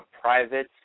private